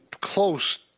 close